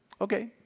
Okay